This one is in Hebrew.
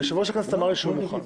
יושב-ראש הכנסת אמר לי שהוא מוכן.